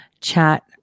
chat